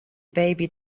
baby